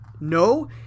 No